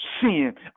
sin